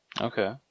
Okay